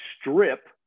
strip